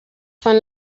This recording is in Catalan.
fan